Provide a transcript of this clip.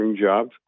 jobs